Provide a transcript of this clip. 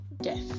death